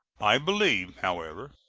i believe, however,